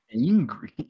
angry